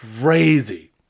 crazy